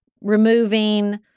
removing